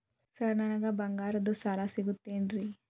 Sir ನನಗೆ ಬಂಗಾರದ್ದು ಸಾಲ ಸಿಗುತ್ತೇನ್ರೇ?